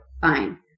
fine